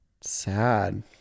Sad